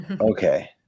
Okay